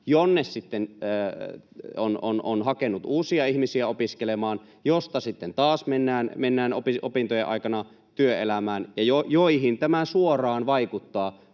jonne on hakenut uusia ihmisiä opiskelemaan, josta sitten taas mennään opintojen aikana työelämään, ja opiskelijoihin tämä suoraan vaikuttaa,